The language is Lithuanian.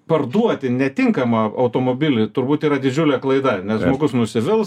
parduoti netinkamą automobilį turbūt yra didžiulė klaida nes žmogus nusivils